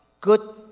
good